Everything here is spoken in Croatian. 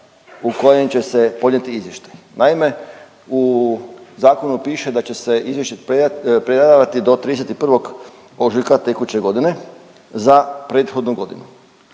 u kojem će se podnijeti izvještaj. Naime, u zakonu piše da će se izvješće predavati do 31. ožujka tekuće godine za prethodnu godinu.